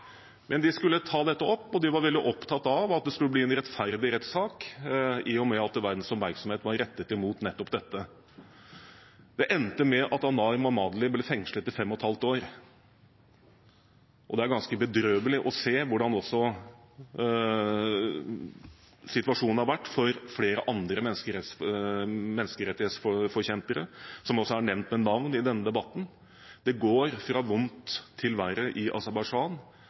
Men de skulle ta dette opp, og de var veldig opptatt av at det skulle bli en rettferdig rettssak, i og med at verdens oppmerksomhet var rettet mot nettopp dette. Det endte med at Anar Mammadli ble fengslet for fem og et halvt år, og det er ganske bedrøvelig å se hvordan også situasjonen har vært for flere andre menneskerettighetsforkjempere, som også er nevnt ved navn i denne debatten. Det går fra vondt til verre i